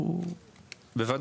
בוא